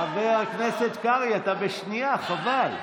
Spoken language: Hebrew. חבר הכנסת קרעי אתה בשנייה, חבל.